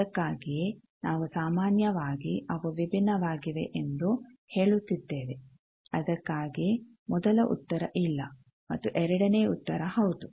ಅದಕ್ಕಾಗಿಯೇ ನಾವು ಸಾಮಾನ್ಯವಾಗಿ ಅವು ವಿಭಿನ್ನವಾಗಿವೆ ಎಂದು ಹೇಳುತ್ತಿದ್ದೇವೆ ಅದಕ್ಕಾಗಿಯೇ ಮೊದಲ ಉತ್ತರ ಇಲ್ಲ ಮತ್ತು ಎರಡನೇ ಉತ್ತರ ಹೌದು